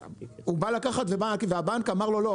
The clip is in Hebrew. הוא בא לקחת והבנק אמר לו לא,